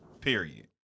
Period